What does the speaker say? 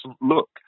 look